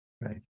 Right